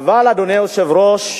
אדוני היושב-ראש,